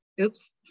oops